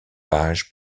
page